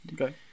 Okay